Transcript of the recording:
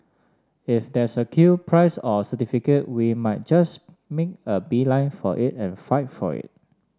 if there's a queue prize or certificate we might just mean a beeline for it and fight for it